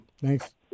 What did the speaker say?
Thanks